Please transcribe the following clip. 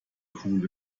cool